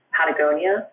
Patagonia